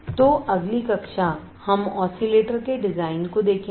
तो अगली कक्षा हम ऑसिलेटर के डिजाइन को देखेंगे